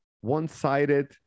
one-sided